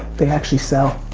they actually sell.